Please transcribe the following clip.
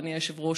אדוני היושב-ראש,